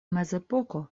mezepoko